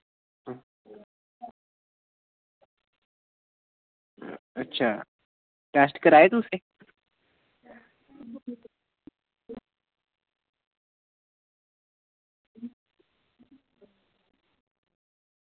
अच्छा टेस्ट कराए तुसें